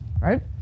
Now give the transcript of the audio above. right